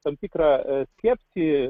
tam tikrą skepsį